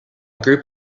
group